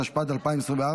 התשפ"ד 2024,